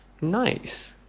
nice